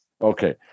Okay